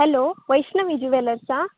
hello Vaishnavi jewellers